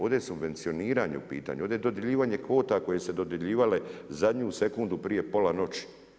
Ovdje je subvencioniranje u pitanju, ovdje je dodjeljivanje kvota koje su se dodjeljivale zadnju sekundu prije pola noći.